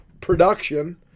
production